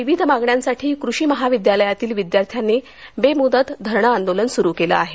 विविध मागण्यांसाठी कृषी महाविद्यालयातील विद्यार्थ्यांनी बेमुदत धरणे आंदोलन सुरू केले आहे